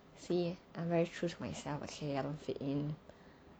see I'm very true to myself okay I don't fit in